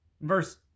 verse